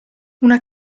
una